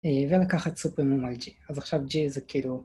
ולקחת סופרימום על ג'י, אז עכשיו ג'י זה כאילו...